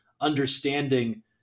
understanding